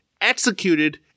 executed